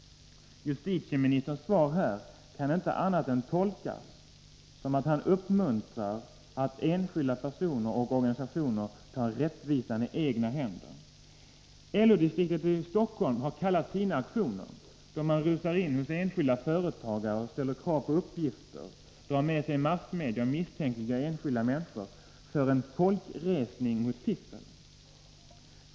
Justitieministerns svar här kan inte tolkas på annat sätt än att han uppmuntrar enskilda personer och organisationer att ta rättvisan i egna händer. LO-distriktet i Stockholm har kallat sina aktioner — då man rusar in hos enskilda företagare och ställer krav på uppgifter, drar med sig massmedia och misstänkliggör enskilda människor — för en folkresning mot fiffel.